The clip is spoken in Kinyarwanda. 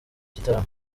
gitaramo